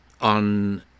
on